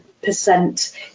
percent